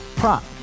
prop